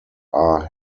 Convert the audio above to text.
are